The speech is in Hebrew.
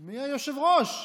מהיושב-ראש.